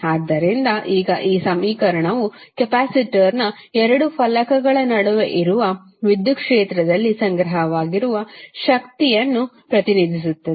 ಆದ್ದರಿಂದ ಈಗ ಈ ಸಮೀಕರಣವು ಕೆಪಾಸಿಟರ್ನ ಎರಡು ಫಲಕಗಳ ನಡುವೆ ಇರುವ ವಿದ್ಯುತ್ ಕ್ಷೇತ್ರದಲ್ಲಿ ಸಂಗ್ರಹವಾಗಿರುವ ಶಕ್ತಿಯನ್ನು ಪ್ರತಿನಿಧಿಸುತ್ತದೆ